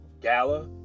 gala